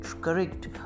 correct